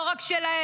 לא רק שלהם.